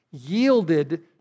yielded